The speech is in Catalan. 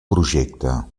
projecte